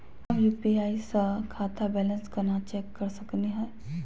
हम यू.पी.आई स खाता बैलेंस कना चेक कर सकनी हे?